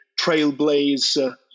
trailblaze